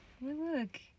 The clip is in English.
look